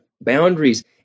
boundaries